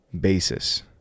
basis